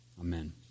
Amen